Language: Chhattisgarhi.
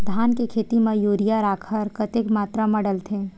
धान के खेती म यूरिया राखर कतेक मात्रा म डलथे?